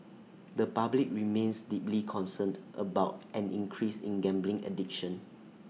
the public remains deeply concerned about an increase in gambling addiction